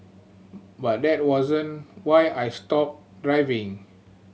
but that wasn't why I stopped driving